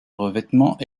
revêtement